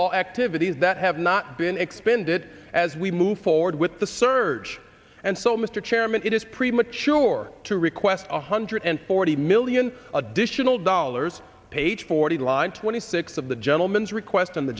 law activities that have not been expended as we move forward with the surge and so mr chairman it is premature to request a hundred and forty million additional dollars page forty line twenty six of the gentlemen's request on the